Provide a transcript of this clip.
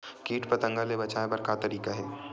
कीट पंतगा ले बचाय बर का तरीका हे?